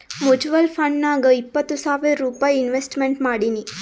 mutual ಫಂಡ್ನಾಗ್ ಇಪ್ಪತ್ತು ಸಾವಿರ್ ರೂಪೈ ಇನ್ವೆಸ್ಟ್ಮೆಂಟ್ ಮಾಡೀನಿ